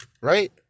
right